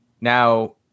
Now